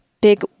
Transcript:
big